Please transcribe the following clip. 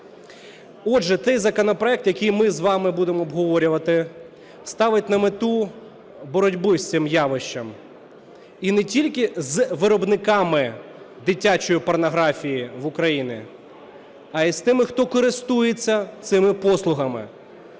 Отже, цей законопроект, який ми з вами будемо обговорювати, ставить на мету боротьбу із цим явищем. І не тільки з виробниками дитячої порнографії в Україні, а і з тими, хто користується цими послугами.